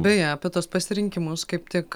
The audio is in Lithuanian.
beje apie tuos pasirinkimus kaip tik